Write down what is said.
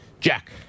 Jack